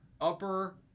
upper